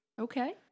Okay